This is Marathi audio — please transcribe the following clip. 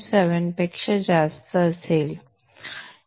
7 पेक्षा जास्त असेल